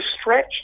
stretch